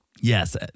Yes